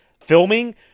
filming